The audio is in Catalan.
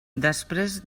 després